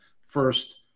first